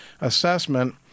assessment